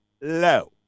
low